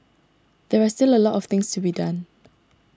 there are still a lot of things to be done